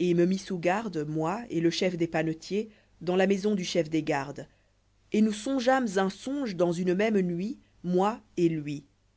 et me mit sous garde moi et le chef des panetiers dans la maison du chef des gardes et nous songeâmes un songe dans une même nuit moi et lui